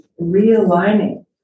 realigning